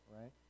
right